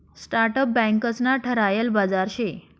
startup बँकंस ना ठरायल बाजार शे